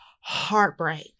heartbreak